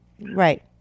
Right